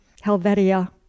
Helvetia